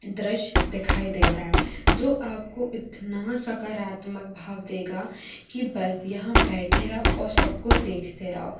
दृश्य दिखाई देता जो आपको इतना सकारात्मक भाव देगा की बस यहाँ बैठे रहो और सबको देखते रहो